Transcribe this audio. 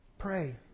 Pray